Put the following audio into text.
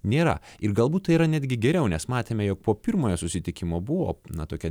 nėra ir galbūt yra netgi geriau nes matėme jog po pirmojo susitikimo buvo na tokia